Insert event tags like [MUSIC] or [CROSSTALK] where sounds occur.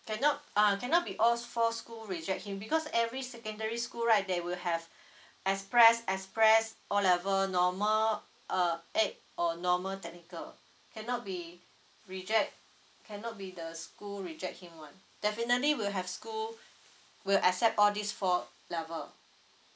cannot uh cannot be all four school reject him because every secondary school right they will have [BREATH] express express O level normal uh ad or normal technical cannot be reject cannot be the school reject him [one] definitely will have school will accept all these four level